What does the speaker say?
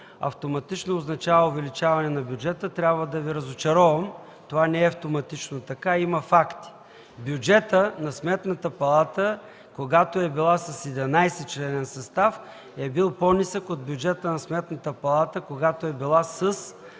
автоматично означава увеличаване на бюджета, трябва да Ви разочаровам. Това не е автоматично така. Има факти. Бюджетът на Сметната палата, когато е била с 11-членен състав, е бил по-нисък от бюджета на Сметната палата, когато е била с